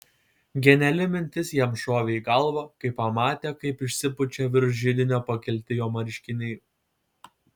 geniali mintis jam šovė į galvą kai pamatė kaip išsipučia virš židinio pakelti jo marškiniai